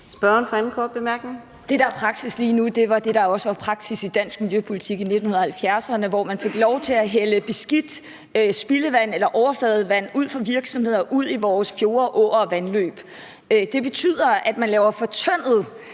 Kl. 10:56 Pia Olsen Dyhr (SF): Det, der er praksis lige nu, er det, der også var praksis i dansk miljøpolitik i 1970'erne, hvor man fik lov til at hælde beskidt spildevand eller overfladevand ud fra virksomheder og ud i vores fjorde, åer og vandløb. Det betyder, at man laver fortyndet